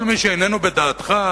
כל מי שאיננו בדעתך,